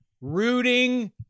rooting